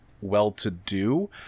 well-to-do